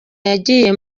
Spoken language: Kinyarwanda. yagiye